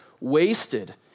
wasted